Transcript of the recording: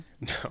No